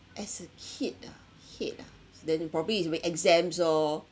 as a kid ah hate ah then probably is every exams orh